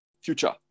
Future